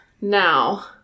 Now